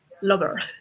lover